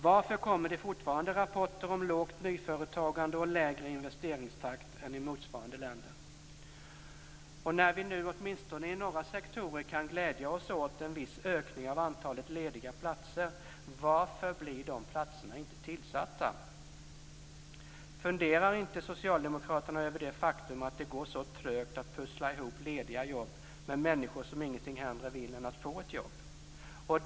Varför kommer det fortfarande rapporter om lågt nyföretagande och lägre investeringstakt än i motsvarande länder? Och när vi nu åtminstone i några sektorer kan glädja oss åt en viss ökning av antalet lediga platser, varför blir de platserna inte tillsatta? Funderar inte socialdemokraterna över det faktum att det går så trögt att pussla ihop lediga jobb med människor som ingenting hellre vill än att få ett jobb?